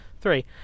three